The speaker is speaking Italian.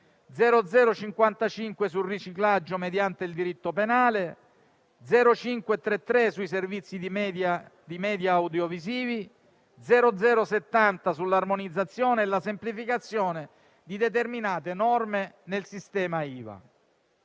sul riciclaggio mediante il diritto penale; 2020/0533, sui servizi di media audiovisivi, e 2020/0070, sull'armonizzazione e la semplificazione di determinate norme nel sistema IVA.